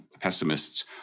pessimists